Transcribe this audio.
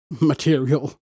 material